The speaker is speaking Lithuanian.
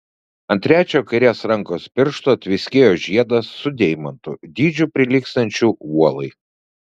ant trečiojo kairės rankos piršto tviskėjo žiedas su deimantu dydžiu prilygstančiu uolai